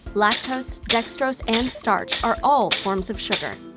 lactose, dextrose, and starch are all forms of sugar.